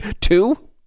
Two